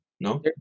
no